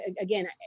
Again